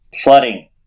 flooding